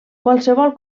qualsevol